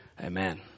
Amen